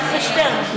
אני אחרי שטרן.